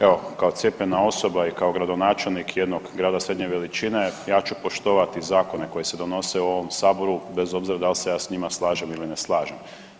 Evo kao cijepljena osoba i kao gradonačelnik jednog grada srednje veličine ja ću poštovati zakone koji se donose u ovom Saboru bez obzira da li se ja s njima slažem ili na slažem.